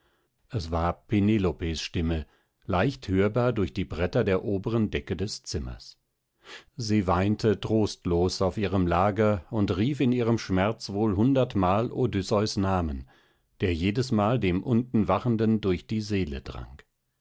es war penelopes stimme leicht hörbar durch die bretter der oberen decke des zimmers sie weinte trostlos auf ihrem lager und rief in ihrem schmerz wohl hundertmal odysseus namen der jedesmal dem unten wachenden durch die seele drang